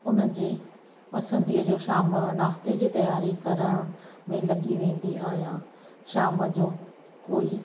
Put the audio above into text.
उन्हनि जे पसंदीअ जो शाम नाश्ते जी तयारी करण में लॻी वेंदी आहियां शाम जो कोई